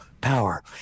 power